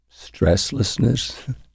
stresslessness